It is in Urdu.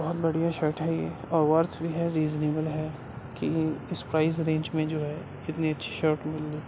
بہت بڑھیا شرٹ ہے یہ اور ورتھ بھی ہے ریزنیبل ہے کہ اس پرائز رینج میں جو ہے اتنی اچھی شرٹ ملی